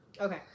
okay